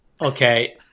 okay